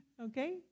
Okay